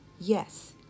yes